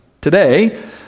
today